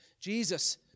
Jesus